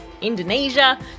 Indonesia